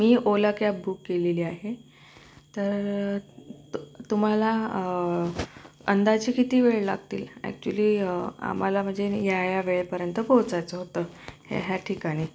मी Ola cab book केलेली आहे तर तु तुम्हाला अंदाजे किती वेळ लागतील अॅक्च्युअली आम्हाला म्हणजे या या वेळेपर्यंत पोहोचायचं होतं ह्या ह्या ठिकाणी